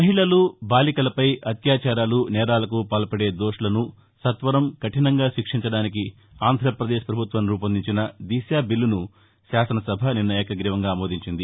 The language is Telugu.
మహిళలు బాలికలపై అత్యాచారాలు నేరాలకు పాల్పడే దోషులను సత్వరం కఠినంగా శిక్షించడానికి ఆంధ్రాపదేశ్ పభుత్వం రూపొందించిన దిశ బిల్లను శాసన సభ నిన్న ఏకగ్రీవంగా ఆమోదించింది